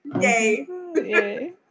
Yay